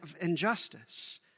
injustice